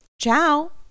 Ciao